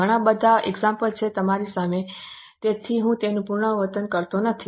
ઘણા બધા ઉદાહરણો છે જે તમારી સામે છે તેથી હું તેનું પુનરાવર્તન કરતો નથી